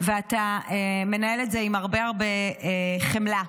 ואתה מנהל את זה עם הרבה חמלה